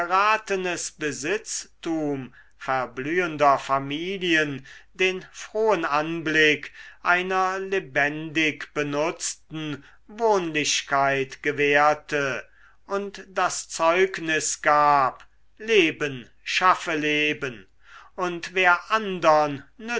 besitztum verblühender familien den frohen anblick einer lebendig benutzten wohnlichkeit gewährte und das zeugnis gab leben schaffe leben und wer andern